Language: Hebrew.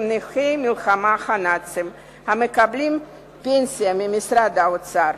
נכי המלחמה בנאצים המקבלים פנסיה ממשרד האוצר.